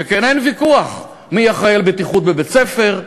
שכן אין ויכוח מי אחראי לבטיחות בבית-ספר,